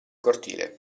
cortile